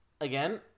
Again